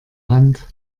hand